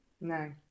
No